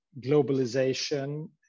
globalization